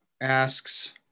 asks